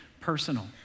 personal